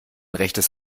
rechtes